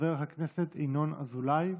חבר הכנסת ינון אזולאי,